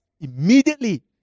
immediately